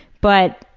but,